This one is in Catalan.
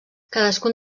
cadascun